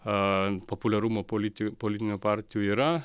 ant populiarumo politijų politinių partijų yra